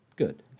good